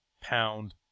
pound